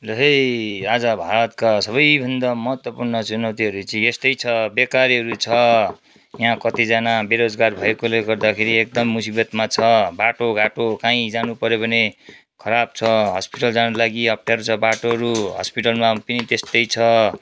ल है आज भारतका सबैभन्दा महत्त्वपूर्ण चुनैतीहरू चाहिँ यस्तै छ बेकारीहरू छ यहाँ कतिजना बेरोजगार भएकोले गर्दाखेरि एकदमा मुसिबतमा छ बाटोघाटो कहीँ जानु पऱ्यो भने खराब छ हस्पिटल जानुको लागि अप्ठ्यारो छ बाटोहरू हस्पिटलमा पनि त्यस्तै छ